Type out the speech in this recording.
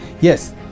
yes